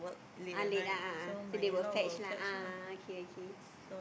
ah late a'ah ah so they will fetch lah ah okay okay